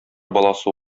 баласы